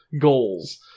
goals